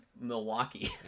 Milwaukee